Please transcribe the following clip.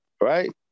right